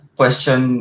question